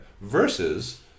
Versus